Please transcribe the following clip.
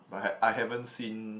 but had I haven't seen